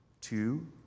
Two